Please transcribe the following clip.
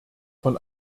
von